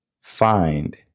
find